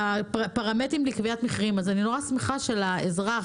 הפרמטרים לקביעת מחירים אז אני שמחה שלאזרח